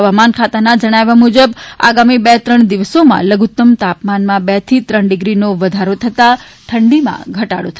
હવામાન ખાતાના જણાવ્યા મુજબ આગામી બે ત્રણ દિવસોમાં લધુત્તમ તાપમાનમાં બેથી ત્રણ ડિગ્રીનો વધારો થતા ઠંડીમાં ઘટાડો થશે